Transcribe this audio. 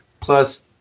plus